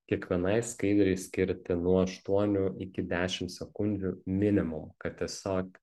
kiekvienai skaidrei skirti nuo aštuonių iki dešim sekundžių minimum kad tiesiog